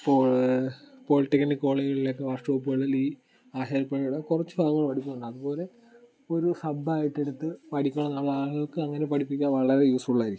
poly polytechnic കോളേജുകളുടെ ഒക്കെ വർഷോപ്പുകളിൽ ഈ ആശാരി പണിയുടെ കുറച്ചു ഭാഗങ്ങൾ പഠിപ്പിക്കുന്നുണ്ട് അതുപോലെ ഒരു സബ് ആയിട്ട് എടുത്ത് പഠിക്കണമെന്ന് ആളുകൾക്ക് അങ്ങനെ പഠിപ്പിക്കാൻ വളരെ യൂസ്ഫുൾ ആയിരിക്കും